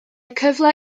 cyfle